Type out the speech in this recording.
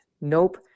Nope